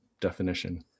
definition